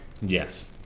Yes